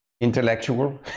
intellectual